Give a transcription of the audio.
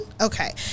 okay